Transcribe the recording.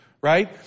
right